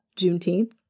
Juneteenth